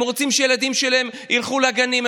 הם רוצים שהילדים שלהם ילכו לגנים,